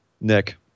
Nick